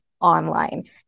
online